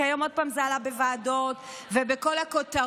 כי היום עוד פעם זה עלה בוועדות ובכל הכותרות: